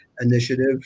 initiative